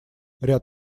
ряд